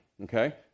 okay